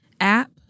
app